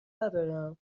ندارم